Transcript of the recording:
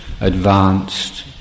advanced